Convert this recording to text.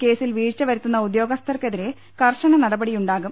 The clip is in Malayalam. കേസിൽ വീഴ്ച വരുത്തുന്ന ഉദ്യോഗസ്ഥർക്കെതിരെ കർശന നടപടിയുണ്ടാകും